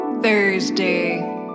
Thursday